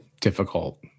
difficult